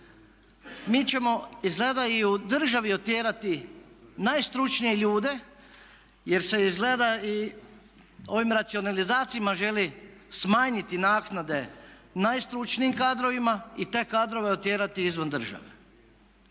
Mi ćemo izgleda i u državi otjerati najstručnije ljude jer se izgleda i ovim racionalizacijama želi smanjiti naknade najstručnijim kadrovima i te kadrove otjerati izvan države.